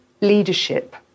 leadership